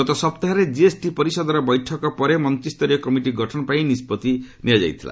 ଗତ ସପ୍ତାହରେ ଜିଏସ୍ଟି ପରିଷଦର ବୈଠକ ପରେ ମନ୍ତ୍ରୀ ସ୍ତରୀୟ କମିଟି ଗଠନ ପାଇଁ ନିଷ୍ପତ୍ତି ନିଆଯାଇଥିଲା